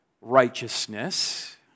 righteousness